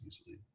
easily